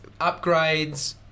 upgrades